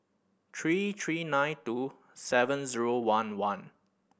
three three nine two seven zero one one